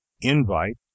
invite